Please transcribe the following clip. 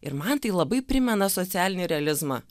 ir man tai labai primena socialinį realizmą